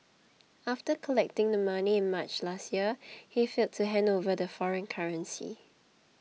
after collecting the money in March last year he failed to hand over the foreign currency